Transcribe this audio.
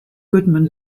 goodman